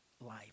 life